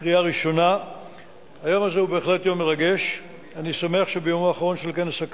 תודה רבה לחבר הכנסת